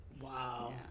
Wow